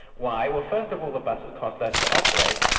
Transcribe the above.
why? well first of all the buses cost less to operate,